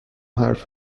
حرف